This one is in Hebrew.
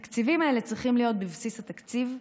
התקציבים האלה צריכים להיות בבסיס התקציב,